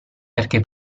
perché